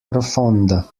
profonda